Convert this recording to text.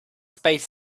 space